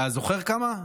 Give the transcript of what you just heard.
אתה זוכר כמה?